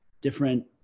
different